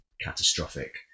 catastrophic